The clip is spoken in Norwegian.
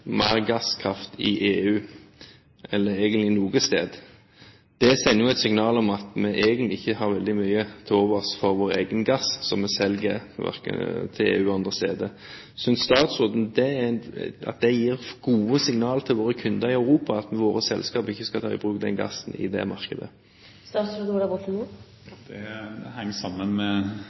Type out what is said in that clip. mer gasskraft i EU, eller egentlig noe sted. Det sender jo et signal om at vi egentlig ikke har veldig mye til overs for vår egen gass som vi selger til EU og andre steder. Synes statsråden det gir gode signaler til våre kunder i Europa at våre selskap ikke skal ta i bruk den gassen i det markedet? Det henger sammen med